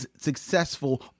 successful